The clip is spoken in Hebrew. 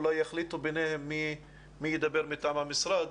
אולי יחליטו ביניהם מי ידבר מטעם המשרד.